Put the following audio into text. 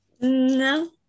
No